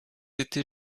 été